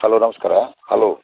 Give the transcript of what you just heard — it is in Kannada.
ಹಲೋ ನಮಸ್ಕಾರ ಹಲೋ